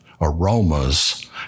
aromas